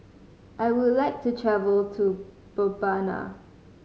I would like to travel to Mbabana